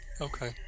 Okay